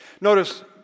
Notice